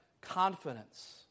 confidence